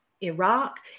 Iraq